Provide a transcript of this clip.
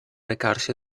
recarsi